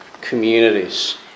communities